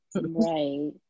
Right